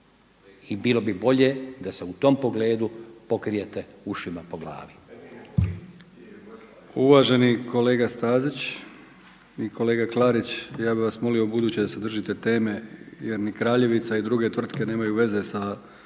I bilo bi bolje da se u tom pogledu ušima po glavi. **Brkić, Milijan (HDZ)** Uvaženi kolega Stazić i kolega Klarić ja bi vas molio ubuduće da se držite teme jer ni Kraljevica i druge tvrtke nemaju veze sa